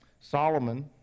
Solomon